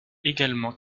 également